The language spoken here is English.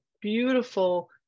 beautiful